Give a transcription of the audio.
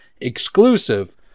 exclusive